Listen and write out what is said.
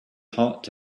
hot